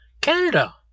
Canada